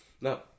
no